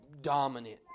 dominant